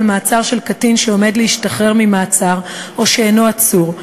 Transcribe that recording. מעצר של קטין שעומד להשתחרר ממעצר או שאינו עצור,